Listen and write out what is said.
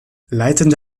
leitende